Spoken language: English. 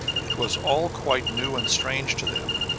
it was all quite new and strange to them,